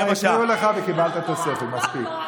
הם הפריעו לך וקיבלת תוספת, מספיק.